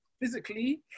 physically